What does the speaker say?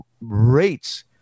rates